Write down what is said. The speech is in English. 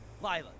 Lila